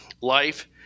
life